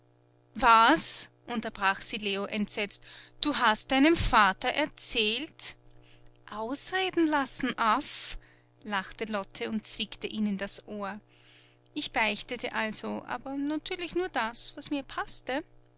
was unterbrach sie leo entsetzt du hast deinem vater erzählt ausreden lassen aff lachte lotte und zwickte ihn in das ohr ich beichtete also aber natürlich nur das was mir paßte